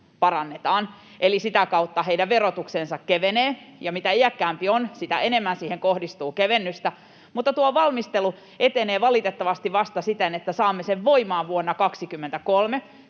parannetaan, eli sitä kautta heidän verotuksensa kevenee, ja mitä iäkkäämpi on, sitä enemmän siihen kohdistuu kevennystä. Tuo valmistelu etenee valitettavasti siten, että saamme sen voimaan vasta vuonna 23